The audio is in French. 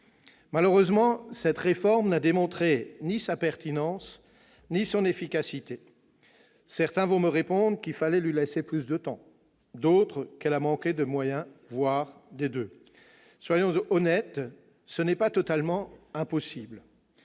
Malheureusement, cette réforme n'avait démontré ni sa pertinence ni son efficacité. Certains vont me répondre qu'il fallait lui laisser plus de temps, d'autres qu'elle a manqué de moyens, voire des deux ! Soyons honnêtes, ce n'est pas totalement faux.